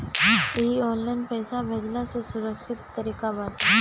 इ ऑनलाइन पईसा भेजला से सुरक्षित तरीका बाटे